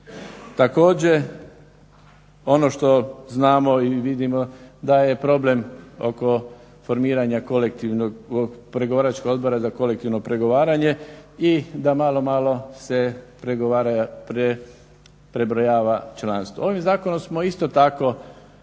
Također, ono što znamo i vidimo da je problem oko formiranja kolektivnog, pregovaračkog odbora za kolektivno pregovaranje i da malo, malo se prebrojava članstvo. Ovim zakonom smo isto tako